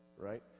Right